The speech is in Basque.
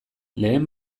lehen